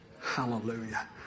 Hallelujah